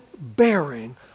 bearing